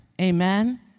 Amen